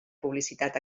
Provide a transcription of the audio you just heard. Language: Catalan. publicitat